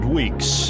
weeks